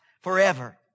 forever